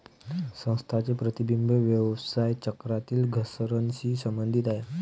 संस्थांचे प्रतिबिंब व्यवसाय चक्रातील घसरणीशी संबंधित आहे